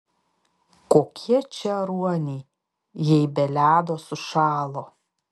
kokie čia ruoniai jei be ledo sušalo